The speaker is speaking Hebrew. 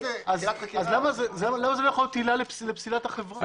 למה זה לא יכול להיות עילה לפסילת החברה?